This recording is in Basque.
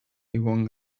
ibon